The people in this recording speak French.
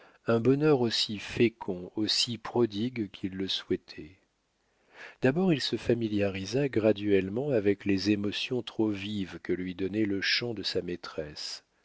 un bonheur aussi fécond aussi prodigue qu'il le souhaitait d'abord il se familiarisa graduellement avec les émotions trop vives que lui donnait le chant de sa maîtresse